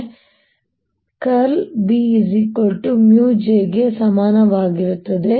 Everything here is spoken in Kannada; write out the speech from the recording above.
ಮತ್ತು B 𝛍 J ಗೆ ಸಮಾನವಾಗಿರುತ್ತದೆ